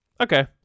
Okay